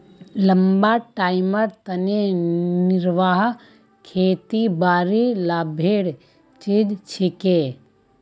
लंबा टाइमेर तने निर्वाह खेतीबाड़ी लाभेर चीज छिके